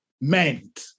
meant